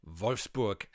Wolfsburg